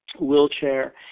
wheelchair